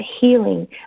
healing